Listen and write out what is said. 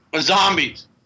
Zombies